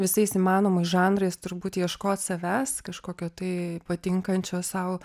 visais įmanomais žanrais turbūt ieškot savęs kažkokio tai patinkančio sau